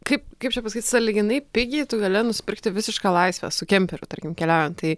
kaip kaip čia pasakyt sąlyginai pigiai gali nusipirkti visišką laisvę su kemperiu tarkim keliaujant tai